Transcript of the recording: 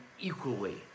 equally